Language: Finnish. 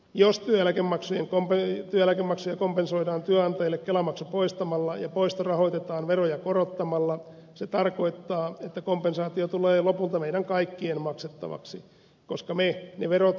jos työeläkemaksuja kompensoidaan työnantajille kelamaksu poistamalla ja poisto rahoitetaan veroja korottamalla se tarkoittaa että kompensaatio tulee lopulta meidän kaikkien maksettavaksi koska me ne verotkin maksamme